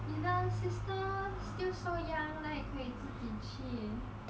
你的 sister still so young 哪里可以自己去